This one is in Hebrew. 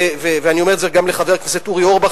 ואני אומר את זה גם לחבר הכנסת אורי אורבך,